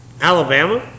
Alabama